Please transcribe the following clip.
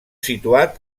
situat